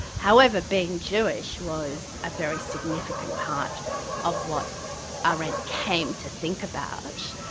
however being jewish was a very significant part of what arendt came to think about.